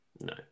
no